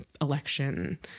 Election